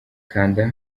kanda